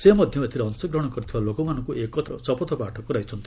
ସେ ମଧ୍ୟ ଏଥିରେ ଅଂଶଗ୍ରହଣ କରିଥିବା ଲୋକମାନଙ୍କୁ ଏକତା ଶପଥ ପାଠ କରାଇଛନ୍ତି